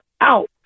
out